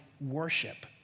worship